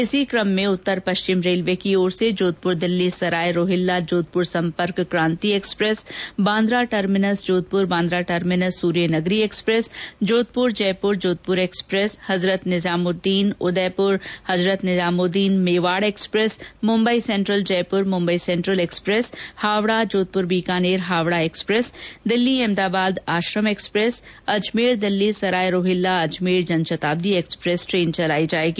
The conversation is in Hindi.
इस कम में उत्तर पश्चिम रेलवे की ओर से जोधपुर दिल्लीसराय रोहिल्ला जोधपुर संपर्क कांति express Bandra terminus Jodhpur Bandra terminus सूर्य नगरी express Jodhpur Jaipur Jodhpur express Hazrat Nizamuddin Udaipur Hazrat Nizamuddin Mewar express Mumbai central Jaipur Mumbai central express Howrah जोधप्ररबीकानेर Howrah express Delhi Ahmedabad आश्रम express Ajmer Delhi Sarai Rohilla Ajmer Jan Shatabdi express train चलायी जाएगी